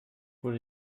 wurde